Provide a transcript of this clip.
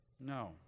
No